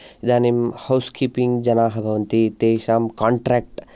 इदानीं housekeeping जनाः भवन्ति तेषां कोन्ट्रेक्ट्